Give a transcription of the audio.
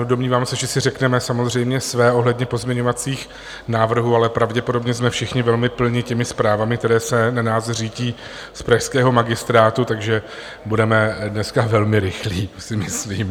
Domnívám se, že si řekneme samozřejmě své ohledně pozměňovacích návrhů, ale pravděpodobně jsme všichni velmi plni těmi zprávami, které se na nás řítí z pražského magistrátu, takže budeme dneska velmi rychlí, si myslím.